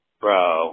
Bro